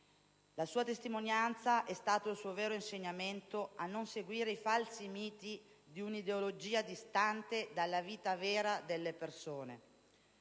La sua testimonianza è stato il suo vero insegnamento a non seguire i falsi miti di una ideologia distante dalla vita vera delle persone.